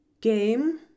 Game